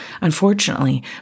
Unfortunately